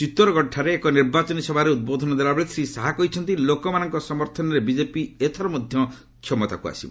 ଚିତୋରଗଡ଼ଠାରେ ଏକ ନିର୍ବାଚନୀ ସଭାରେ ଉଦ୍ବୋଧନ ଦେଲାବେଳେ ଶ୍ରୀ ଶାହା କହିଛନ୍ତି ଲୋକମାନଙ୍କ ସମର୍ଥନରେ ବିଜେପି ଏଥର ମଧ୍ୟ କ୍ଷମତାକୁ ଆସିବ